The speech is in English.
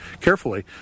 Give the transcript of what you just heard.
carefully